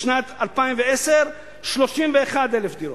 בשנת 2010, 31,000 דירות.